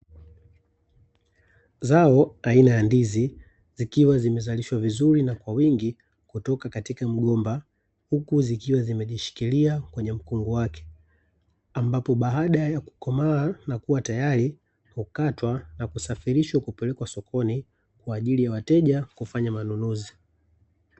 Zao aina ya ndizi zikiwa zimezalishwa vizuri na kwa wingi kutoka katika mgomba huku zikiwa zimejishikilia kwenye mkungu wake, ambapo baada ya kukomaa na kuwa tayari hukatwa na kusafirishwa kupelekwa sokoni kwa ajili ya wateja kufanya manunuzi.